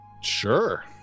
Sure